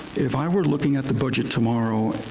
if i were looking at the budget tomorrow,